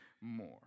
more